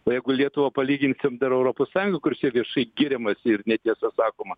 o jeigu lietuvą palyginsim dar europos sąjungoj kur čia viešai giriamasi ir netiesa sakoma